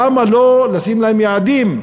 למה לא לשים להם יעדים?